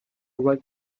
wipe